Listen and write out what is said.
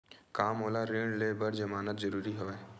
का मोला ऋण ले बर जमानत जरूरी हवय?